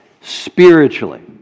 spiritually